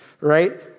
right